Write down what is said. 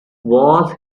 was